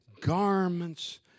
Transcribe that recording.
Garments